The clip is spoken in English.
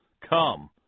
Come